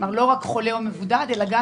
כלומר לא רק חולה או מבודד אלא גם